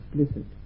explicit